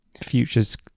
future's